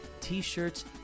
t-shirts